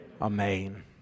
Amen